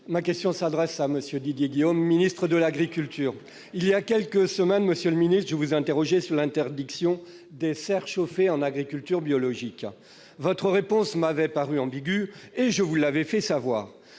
Ma question s'adresse à M. le ministre de l'agriculture et de l'alimentation. Il y a quelques semaines, monsieur le ministre, je vous interrogeais sur l'interdiction des serres chauffées en agriculture biologique. Votre réponse m'avait alors paru ambiguë, et je vous l'avais fait savoir.